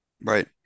Right